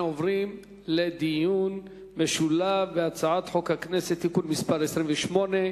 אנחנו עוברים לדיון משולב בהצעת חוק הכנסת (תיקון מס' 28)